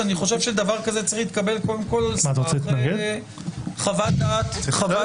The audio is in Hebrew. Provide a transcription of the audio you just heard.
שבדבר כזה צריך לקבל קודם כול חוות דעת.